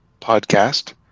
podcast